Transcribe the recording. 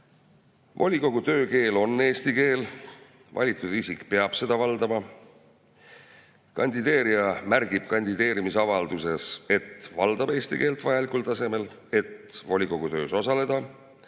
Volikogu töökeel on eesti keel, valitud isik peab seda valdama. Kandideerija märgib kandideerimisavalduses, et valdab eesti keelt vajalikul tasemel, et volikogu töös osaleda.